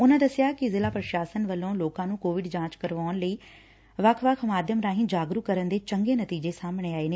ਉਨੂਾਂ ਦਸਿਆ ਕਿ ਜ਼ਿਲ੍ਹਾ ਪ੍ਰਸ਼ਾਸਨ ਵੱਲੋਂ ਲੋਕਾਂ ਨੂੰ ਕੋਵਿਡ ਜਾਚ ਕਰਾਊਣ ਲਈ ਵੱਖ ਮਾਧਿਅਮ ਰਾਹੀ ਜਾਗਰੂਕ ਕਰਨ ਦੇ ਚੰਗੇ ਨਤੀਜੇ ਸਾਹਮਣੇ ਆਏ ਨੇ